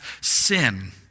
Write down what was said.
sin